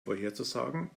vorherzusagen